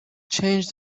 change